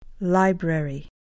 Library